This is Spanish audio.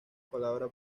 palabra